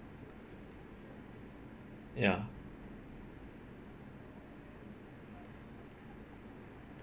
ya